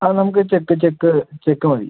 അത് നമ്മക്ക് check check check മതി